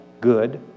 good